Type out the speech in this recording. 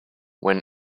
when